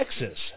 Texas